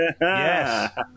Yes